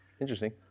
Interesting